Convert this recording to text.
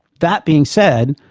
that being said,